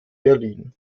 berlin